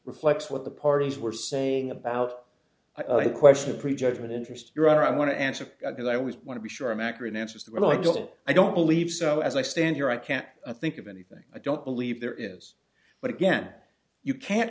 reflects what the parties were saying about the question of prejudgment interest your honor i want to answer because i always want to be sure i'm accurate answers that i don't i don't believe so as i stand here i can't think of anything i don't believe there is but again you can't